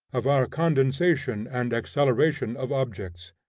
of our condensation and acceleration of objects